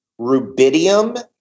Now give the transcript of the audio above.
rubidium